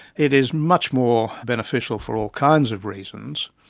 it is much more beneficial, for all kinds of reasons,